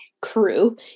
crew